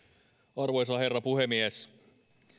arvoisa herra puhemies